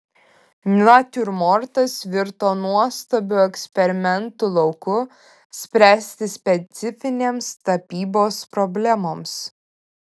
natiurmortas virto nuostabiu eksperimentų lauku spręsti specifinėms tapybos problemoms